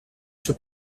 sue